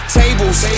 tables